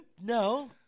No